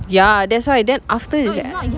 ya that's why then after that